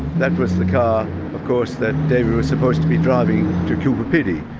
that was the car of course that david was supposed to be driving to cooper pedy.